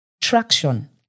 traction